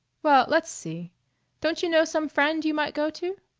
well, let's see don't you know some friend you might go to?